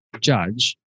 judge